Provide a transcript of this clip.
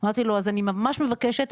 אמרתי לו שאני ממש מבקשת,